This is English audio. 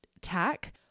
tack